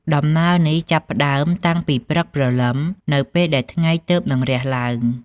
ដំណើរនេះ ចាប់ផ្តើមតាំងពីព្រឹកព្រលឹមនៅពេលដែលថ្ងៃទើបនឹងរះឡើង។